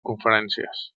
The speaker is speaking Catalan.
conferències